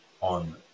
on